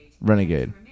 Renegade